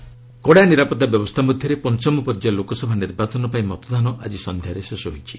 polling କଡ଼ା ନିରାପତ୍ତା ବ୍ୟବସ୍ଥା ମଧ୍ୟରେ ପଞ୍ଚମ ପର୍ଯ୍ୟାୟ ଲୋକସଭା ନିର୍ବାଚନ ପାଇଁ ମତଦାନ ଆଜି ସନ୍ଧ୍ୟାରେ ଶେଷ ହୋଇଛି